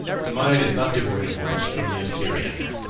the maya is not devoid of words from the assyrian.